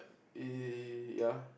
eh ya